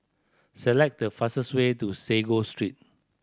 select the fastest way to Sago Street